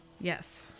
Yes